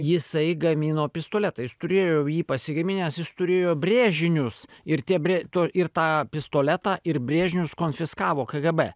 jisai gamino pistoletą jis turėjo jį pasigaminęs jis turėjo brėžinius ir tie brė ir tą pistoletą ir brėžinius konfiskavo kgb